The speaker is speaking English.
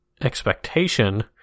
expectation